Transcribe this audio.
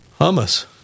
Hummus